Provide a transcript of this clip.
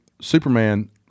Superman